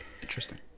interesting